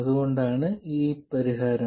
അതുകൊണ്ട് ഇതാണ് പരിഹാരം